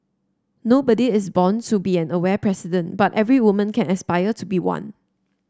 nobody is born to be an aware president but every woman can aspire to be one